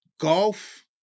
golf